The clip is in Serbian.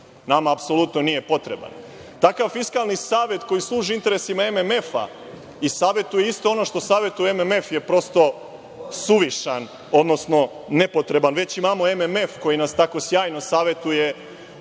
nama apsolutno nije potreban. Takav Fiskalni savet koji služi interesima MMF i savetuje isto ono što savetuje MMF je prosto suvišan, odnosno nepotreban. Već imamo MMF koji nas tako sjajno savetuje